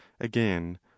again